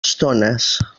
estones